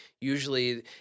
usually